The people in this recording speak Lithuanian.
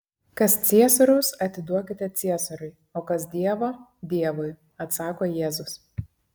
kas ciesoriaus atiduokite ciesoriui o kas dievo dievui atsako jėzus